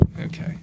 okay